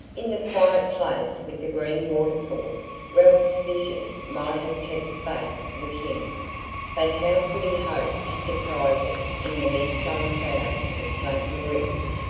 in the quiet place with the green water-fall ralph's vision might have kept faith with him but how could he hope to surprise it in the midsummer crowds of st. moritz?